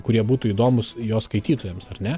kurie būtų įdomūs jo skaitytojams ar ne